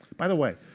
by the way,